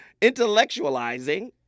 Intellectualizing